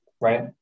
right